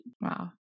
Wow